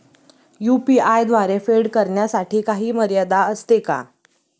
UPI द्वारे फेड करण्यासाठी काही मर्यादा असते का?